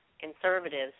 conservatives